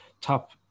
top